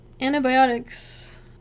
antibiotics